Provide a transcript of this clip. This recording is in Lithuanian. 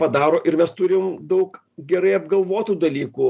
padaro ir mes turim daug gerai apgalvotų dalykų